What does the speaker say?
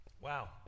Wow